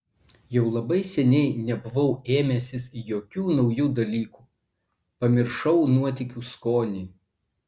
jau labai seniai nebuvau ėmęsis jokių naujų dalykų pamiršau nuotykių skonį